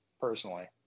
personally